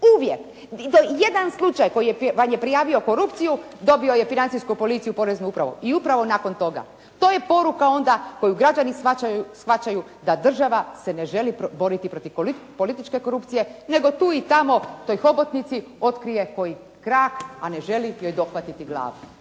uvijek i to jedan slučaj koji vam je prijavio korupciju dobio je financijsku policiju i poreznu upravu i upravu nakon toga. To je poruka onda koju građani shvaćaju da država se ne želi boriti protiv političke korupcije, nego tu i tamo u toj hobotnici otkrije koji krak, a ne želi joj dohvatiti glavu.